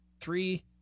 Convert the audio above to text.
three